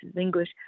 English